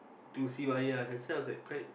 to Sivaya that's why I was like quite